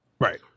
Right